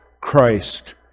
Christ